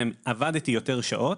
אם עבדתי יותר שעות,